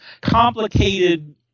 complicated